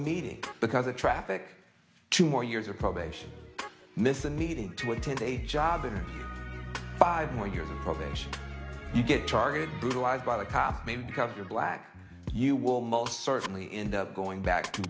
meeting because of traffic two more years of probation miss a meeting to attend a job and five more years of probation you get targeted brutalized by the cops maybe because you're black you will most certainly in the going back to